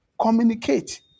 Communicate